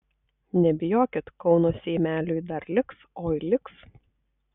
nebijokit kauno seimeliui dar liks oi liks